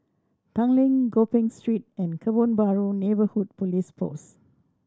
Tanglin Gopeng Street and Kebun Baru Neighbourhood Police Post